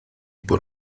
por